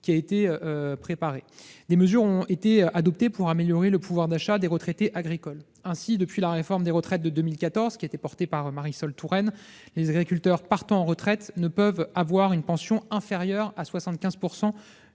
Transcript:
votre attention. Des mesures ont été adoptées pour améliorer le pouvoir d'achat des retraités agricoles. Ainsi, depuis la réforme des retraites de 2014, portée par Marisol Touraine, les agriculteurs partant à la retraite ne peuvent percevoir une pension inférieure à 75